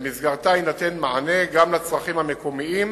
ובמסגרתה יינתן מענה גם לצרכים המקומיים